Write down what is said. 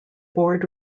board